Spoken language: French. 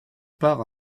part